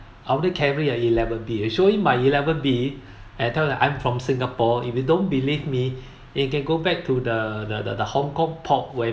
I only carry a eleven B I show him my eleven B and tell him I'm from singapore if you don't believe me you can go back to the the the Hong-Kong port where